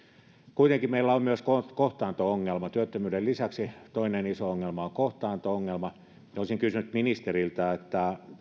kuitenkin meillä on myös kohtaanto ongelmat työttömyyden lisäksi toinen iso ongelma on kohtaanto ongelma olisin kysynyt ministeriltä